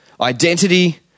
Identity